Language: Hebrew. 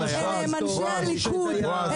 אלה הם אנשי הליכוד,